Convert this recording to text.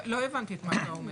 לא הבנתי את מה שאתה אומר.